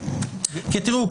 כי תראו,